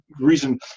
reason